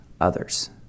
others